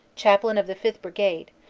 chaplain of the fifth brigade,